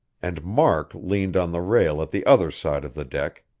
and mark leaned on the rail at the other side of the deck,